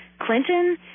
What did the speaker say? Clinton